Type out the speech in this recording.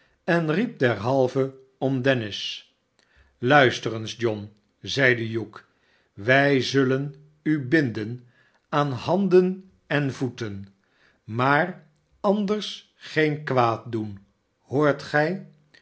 en riep derhalve om dennis luister eens john zeide hugh wij zullen u binden aan handen en voeten maar anders geen kwaad doen hoort gijf